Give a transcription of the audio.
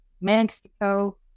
Mexico